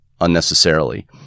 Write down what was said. unnecessarily